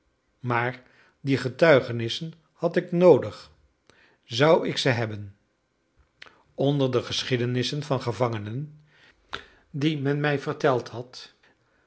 maar die getuigenissen had ik noodig zou ik ze hebben onder de geschiedenissen van gevangenen die men mij verteld had